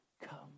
come